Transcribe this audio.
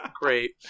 great